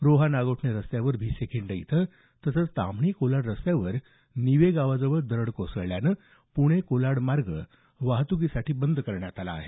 रोहा नागोठाणे रस्त्यावर भिसे खिंड इथं तसंच ताम्हाणी कोलाड रस्त्यावर नीवे गावाजवळ दरड कोसळल्यानं पुणे ते कोलाड हे मार्ग वाहतुकीसाठी बंद करण्यात आले आहेत